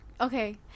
Okay